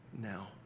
now